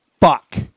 fuck